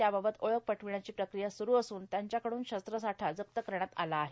त्याबाबत ओळख पटविण्याची प्रक्रिया स्रू असून त्यांच्या कडून शस्त्रसाठा जप्त करण्यात आला आहे